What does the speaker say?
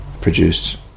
produced